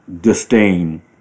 disdain